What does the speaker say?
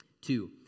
Two